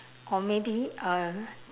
or maybe um